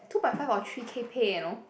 two point five or three K pay you know